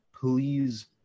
Please